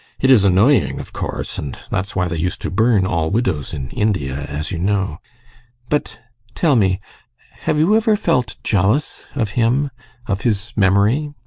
it is annoying, of course, and that's why they used to burn all widows in india, as you know but tell me have you ever felt jealous of him of his memory?